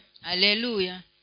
Hallelujah